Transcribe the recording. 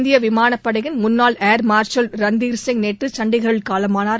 இந்திய விமானப்படையின் முன்னாள் ஏாமா்ஷல் ரந்தீர் சிங் நேற்று சண்டிகில் காலமானார்